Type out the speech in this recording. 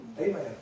Amen